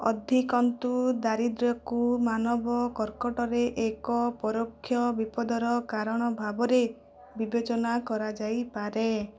ଅଧିକନ୍ତୁ ଦାରିଦ୍ର୍ୟକୁ ମାନବ କର୍କଟରେ ଏକ ପରୋକ୍ଷ ବିପଦର କାରଣ ଭାବରେ ବିବେଚନା କରାଯାଇପାରେ